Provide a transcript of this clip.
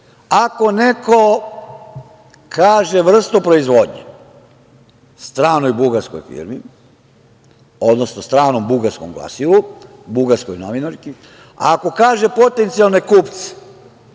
neko kaže vrstu proizvodnje, stranoj bugarskoj firmi, odnosno stanom bugarskom glasilu, bugarskoj novinarki, ako kaže potencijalne kupce,